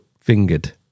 fingered